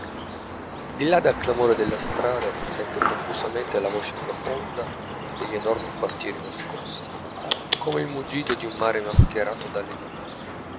di là dal clamore della strada si sente confusamente la voce profonda degli enormi quartieri nascosti come il muggito d'un mare mascherato